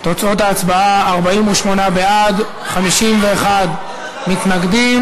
תוצאות ההצבעה: 48 בעד, 51 מתנגדים,